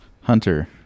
Hunter